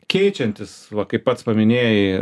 keičiantis va kaip pats paminėjai